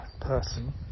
person